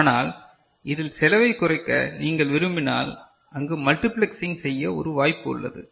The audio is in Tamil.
ஆனால் இதில் செலவை குறைக்க நீங்கள் விரும்பினால் அங்கு மல்டிபிளக்ஸ் சிங் செய்ய ஒரு வாய்ப்பு உள்ளது